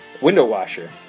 Window-washer